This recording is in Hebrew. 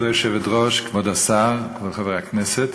כבוד היושבת-ראש, כבוד השר, חברי הכנסת,